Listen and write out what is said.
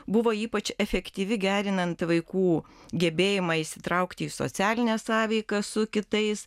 buvo ypač efektyvi gerinant vaikų gebėjimą įsitraukti į socialinę sąveiką su kitais